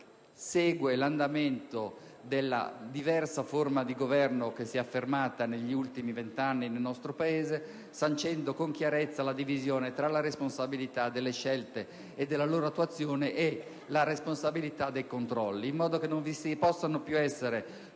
segue l'andamento della diversa forma di governo che si è affermata negli ultimi vent'anni nel nostro Paese, sancendo con chiarezza la divisione tra la responsabilità delle scelte e della loro attuazione e la responsabilità dei controlli in modo che non vi possano più essere